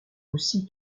aussi